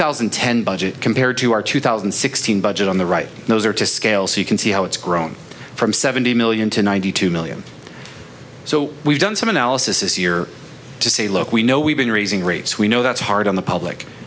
thousand and ten budget compared to our two thousand and sixteen budget on the right those are to scale so you can see how it's grown from seventy million to ninety two million so we've done some analysis this year to say look we know we've been raising rates we know that's hard on the public